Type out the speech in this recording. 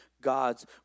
God's